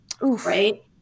right